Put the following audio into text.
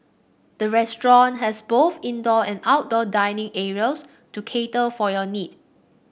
the restaurant has both indoor and outdoor dining areas to cater for your need